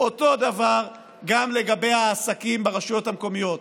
אותו דבר גם לגבי העסקים ברשויות המקומיות: